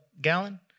gallon